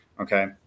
okay